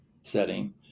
setting